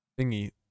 thingy